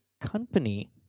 company